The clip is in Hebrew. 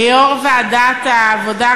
וליושב-ראש ועדת העבודה,